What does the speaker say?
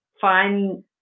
find